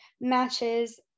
matches